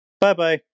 Bye-bye